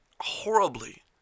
horribly